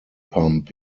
pump